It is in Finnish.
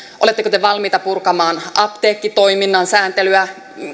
oletteko te valmiita purkamaan apteekkitoiminnan sääntelyä